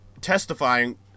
testifying